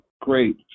great